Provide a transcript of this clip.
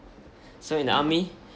so in the army